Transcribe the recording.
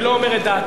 אני לא אומר את דעתי.